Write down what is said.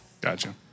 Gotcha